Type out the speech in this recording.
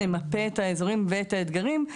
נמפה את האזורים ואת האתגרים,